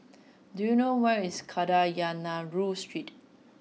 do you know where is Kadayanallur Street